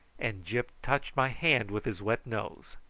and gyp touched my hand with his wet nose.